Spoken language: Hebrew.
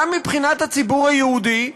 גם מבחינת הציבור היהודי,